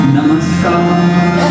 Namaskar